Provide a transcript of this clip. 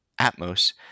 Atmos